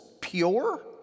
pure